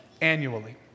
annually